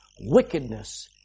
wickedness